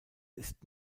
ist